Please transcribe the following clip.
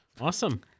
Awesome